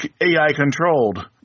AI-controlled